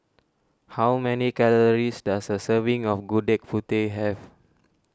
how many calories does a serving of Gudeg Putih have